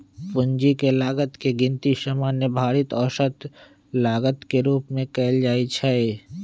पूंजी के लागत के गिनती सामान्य भारित औसत लागत के रूप में कयल जाइ छइ